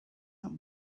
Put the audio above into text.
not